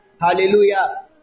Hallelujah